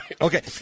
Okay